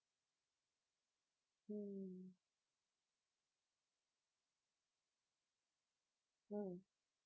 mm mm